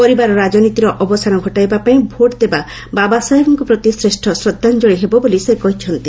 ପରିବାର ରାଜନୀତିର ଅବସାନ ଘଟାଇବା ପାଇଁ ଭୋଟ୍ ଦେବା ବାବାସାହେବଙ୍କ ପ୍ରତି ଶ୍ରେଷ୍ଠ ଶ୍ରଦ୍ଧାଞ୍ଚଳି ହେବ ବୋଲି ସେ କହିଚ୍ଛନ୍ତି